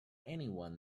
anyone